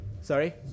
sorry